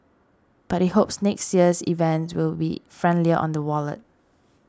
but he hopes next year's event will be friendlier on the wallet